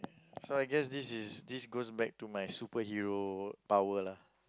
so I guess this is this goes back to my superhero power lah